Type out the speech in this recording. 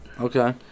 Okay